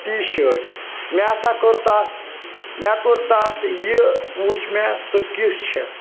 T شٲٹ مےٚ ہسا کوٚر تَتھ مےٚ کوٚر تَتھ یہِ وٕچھ مےٚ سُہ کِژھ چھےٚ